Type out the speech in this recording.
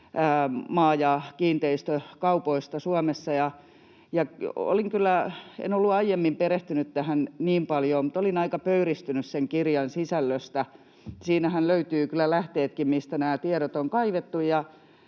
maa- ja kiinteistökaupoista Suomessa. En ollut aiemmin perehtynyt tähän niin paljoa, mutta olin aika pöyristynyt sen kirjan sisällöstä. Siitähän löytyvät kyllä lähteetkin, mistä nämä tiedot on kaivettu.